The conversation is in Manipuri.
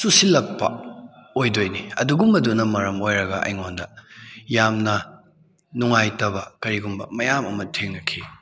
ꯆꯨꯁꯤꯜꯂꯛꯄ ꯑꯣꯏꯗꯣꯏꯅꯤ ꯑꯗꯨꯒꯨꯝꯕꯗꯨꯅ ꯃꯔꯝ ꯑꯣꯏꯔꯒ ꯑꯩꯉꯣꯟꯗ ꯌꯥꯝꯅ ꯅꯨꯡꯉꯥꯏꯇꯕ ꯀꯔꯤꯒꯨꯝꯕ ꯃꯌꯥꯝ ꯑꯃ ꯊꯦꯡꯅꯈꯤ